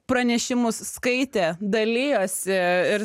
pranešimus skaitė dalijosi ir